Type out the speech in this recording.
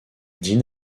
dîne